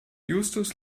justus